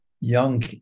young